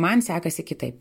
man sekasi kitaip